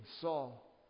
Saul